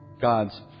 God's